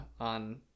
on